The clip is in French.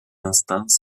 instincts